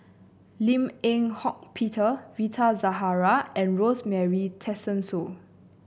Lim Eng Hock Peter Rita Zahara and Rosemary Tessensohn